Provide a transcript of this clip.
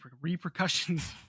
repercussions